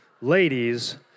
Ladies